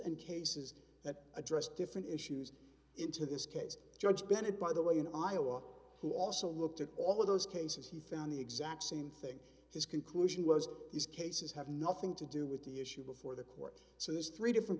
and cases that address different issues into this case judge bennett by the way in iowa who also looked at all of those cases he found the exact same thing his conclusion was these cases have nothing to do with the issue before the court so those three different